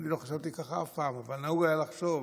לא חשבתי ככה אף פעם, אבל נהוג היה לחשוב,